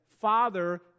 Father